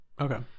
Okay